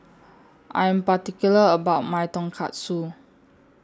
I'm particular about My Tonkatsu